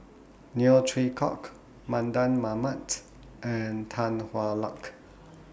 Neo Chwee Kok Mardan Mamat and Tan Hwa Luck